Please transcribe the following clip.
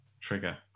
trigger